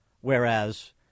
whereas